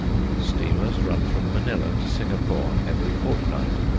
steamers run from manilla to singapore every fortnight.